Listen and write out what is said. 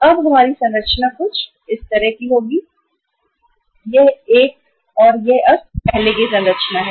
तो अब हमारी संरचना कुछ इस तरह की होगी यह एक और यह अब पहले की संरचना है